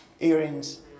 earrings